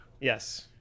yes